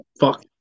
fuck